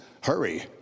hurry